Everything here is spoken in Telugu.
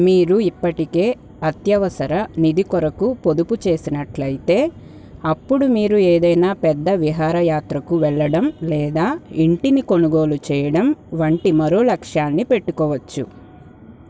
మీరు ఇప్పటికే అత్యవసర నిధి కొరకు పొదుపు చేసినట్లయితే అప్పుడు మీరు ఏదైనా పెద్ద విహారయాత్రకు వెళ్ళడం లేదా ఇంటిని కొనుగోలు చేయడం వంటి మరో లక్ష్యాన్ని పెట్టుకోవచ్చు